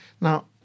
Now